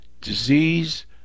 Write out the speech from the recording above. disease